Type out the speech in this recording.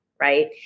right